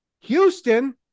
Houston